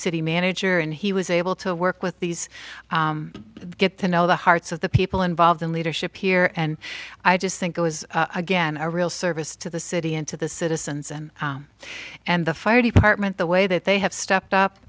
city manager and he was able to work with these get to know the hearts of the people involved in leadership here and i just think it was again a real service to the city into the citizens and and the fire department the way that they have stepped up